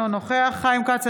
אינו נוכח אופיר כץ,